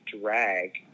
drag